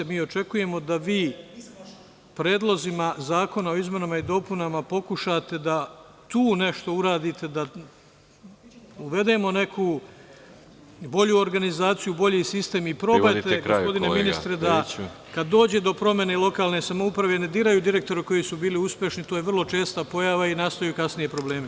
Mi očekujemo da vi predlozima Zakona o izmenama i dopunama pokušate da tu nešto uradite da uvedemo neku bolju organizaciju, bolji sistem i probajte, gospodine ministre, da kad dođe do promene lokalne samouprave, ne diraju direktora, koji su bili uspešni, to je vrlo česta pojava i nastaju kasnije problemi.